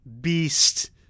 beast